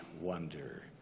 wonder